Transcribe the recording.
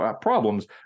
problems